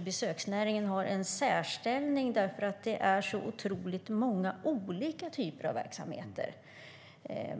Besöksnäringen har kanske en särställning, för där finns otroligt många olika typer av verksamheter.